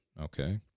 okay